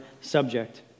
subject